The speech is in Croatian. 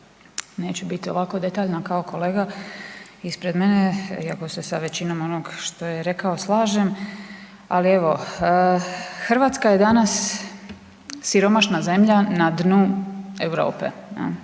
Neću biti ovako detaljna kao kolega ispred mene iako se sa većinom onog što je rekao slažem, ali evo RH je danas siromašna zemlja na dnu Europe,